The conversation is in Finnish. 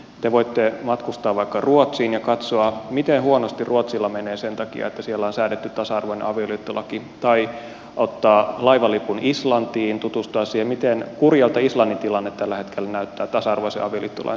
te voitte matkustaa vaikka ruotsiin ja katsoa miten huonosti ruotsilla menee sen takia että siellä on säädetty tasa arvoinen avioliittolaki tai ottaa laivalipun islantiin tutustua siihen miten kurjalta islannin tilanne tällä hetkellä näyttää tasa arvoisen avioliittolain säätämisen takia